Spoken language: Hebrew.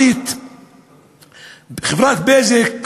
חברת "בזק",